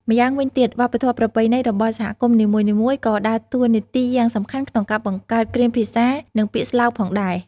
ម្យ៉ាងវិញទៀត វប្បធម៌ប្រពៃណីរបស់សហគមន៍នីមួយៗក៏ដើរតួនាទីយ៉ាងសំខាន់ក្នុងការបង្កើតគ្រាមភាសានិងពាក្យស្លោកផងដែរ។